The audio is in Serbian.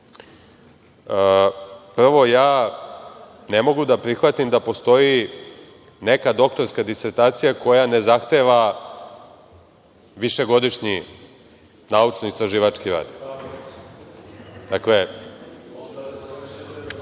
Prvo, ne mogu da prihvatim da postoji neka doktorska disertacija koja ne zahteva višegodišnji naučno-istraživački rad.(Marko